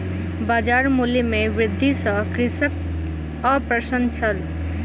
बजार मूल्य में वृद्धि सॅ कृषक अप्रसन्न छल